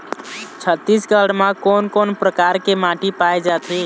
छत्तीसगढ़ म कोन कौन प्रकार के माटी पाए जाथे?